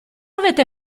avete